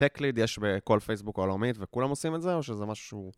פק-ליד יש בכל פייסבוק הלאומית, וכולם עושים את זה, או שזה משהו...